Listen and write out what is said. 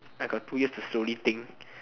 I got two years to slowly think